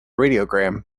radiogram